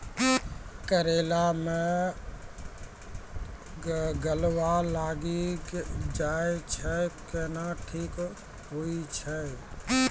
करेला मे गलवा लागी जे छ कैनो ठीक हुई छै?